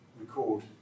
record